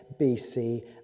BC